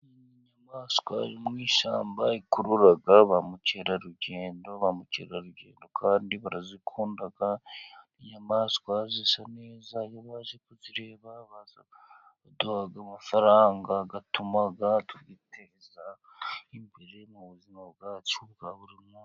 Inyamaswa yo mu ishyamba ikurura ba mukerarugendo, ba mukerarugendo kandi barazikunda, inyamaswa zisa neza, iyo baje kuzireba baduha amafaranga, atuma twiteza imbere mu buzima bwacu bwa buri munsi.